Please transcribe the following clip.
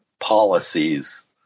policies